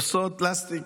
כוסות פלסטיק,